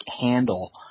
handle